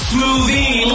Smoothie